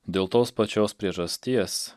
dėl tos pačios priežasties